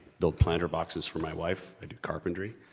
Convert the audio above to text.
build planter boxes for my wife carpentry.